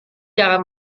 jangan